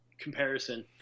comparison